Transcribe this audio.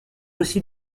aussi